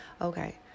Okay